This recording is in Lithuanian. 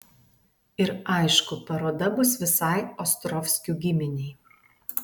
ir aišku paroda bus visai ostrovskių giminei